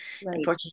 unfortunately